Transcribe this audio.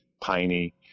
piney